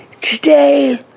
today